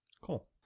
Cool